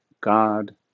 God